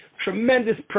tremendous